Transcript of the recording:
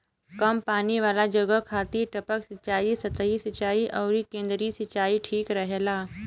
कम पानी वाला जगह खातिर टपक सिंचाई, सतही सिंचाई अउरी केंद्रीय सिंचाई ठीक रहेला